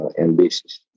ambitious